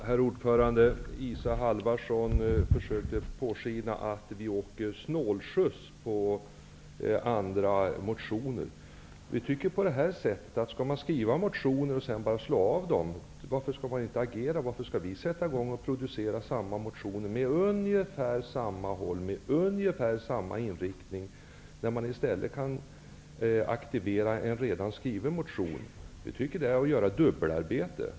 Herr talman! Isa Halvarsson försökte påskina att vi åker snålskjuts på motioner framställda av andra. Varför skall man skriva motioner när de sedan bara blir avstyrkta? Varför skall man inte agera? Varför skall vi sätta i gång och producera motioner med ungefär samma innehåll och inriktning, när vi i stället så att säga kan aktivera en redan skriven motion? Vi tycker att det innebär dubbelarbete.